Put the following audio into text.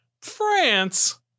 France